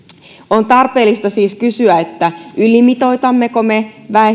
on tarpeellista siis kysyä ylimitoitammeko me